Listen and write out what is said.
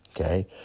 okay